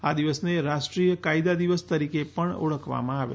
આ દિવસને રાષ્ટ્રીય કાયદા દિવસ તરીકે પણ ઓળખવામાં આવે છે